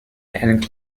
and